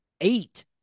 eight